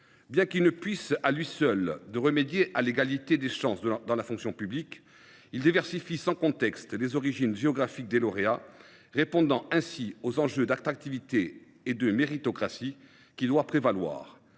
Bien qu’il ne puisse à lui seul remédier au défaut d’égalité des chances dans la fonction publique, ce dispositif diversifie sans conteste les origines géographiques des lauréats, répondant ainsi aux enjeux d’attractivité et de méritocratie qui doivent prévaloir.